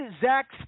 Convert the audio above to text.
Zach